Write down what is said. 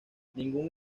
ningún